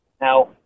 Now